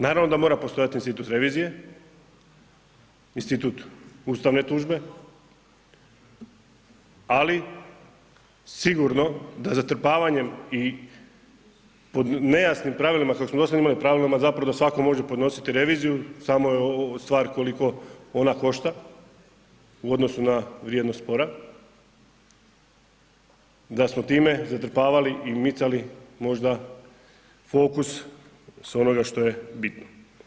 Naravno da mora postojat institut revizije, institut ustavne tužbe, ali sigurno da zatrpavanje i pod nejasnim pravilima kako smo dosada imali, pravilima zapravo da svako može podnositi reviziju samo je stvar koliko ona košta u odnosu na vrijednost spora, da smo time zatrpavali i micali možda fokus s onoga što je bitno.